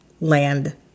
land